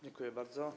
Dziękuję bardzo.